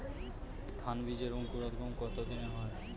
ধান বীজের অঙ্কুরোদগম কত দিনে হয়?